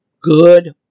good